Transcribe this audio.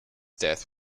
death